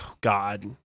God